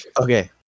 Okay